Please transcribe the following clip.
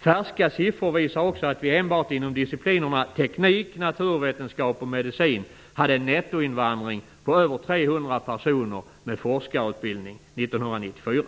Färska siffror visar också att vi enbart inom disciplinerna teknik, naturvetenskap och medicin hade en nettoinvandring på över 300 personer med forskarutbildning 1994.